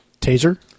Taser